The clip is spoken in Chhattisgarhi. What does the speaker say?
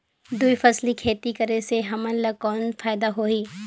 दुई फसली खेती करे से हमन ला कौन फायदा होही?